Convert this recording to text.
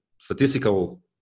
statistical